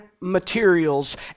materials